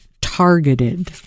targeted